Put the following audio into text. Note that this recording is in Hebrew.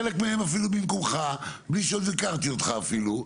חלק מהם אפילו במקומך בלי שעוד לא הכרתי אותך אפילו.